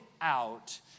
out